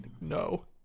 No